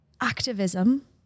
activism